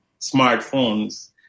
smartphones